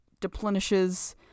deplenishes